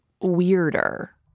weirder